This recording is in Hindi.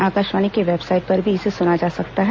आकाशवाणी की वेबसाईट पर भी इसे सुना जा सकता है